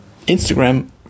instagram